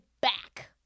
back